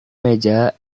meja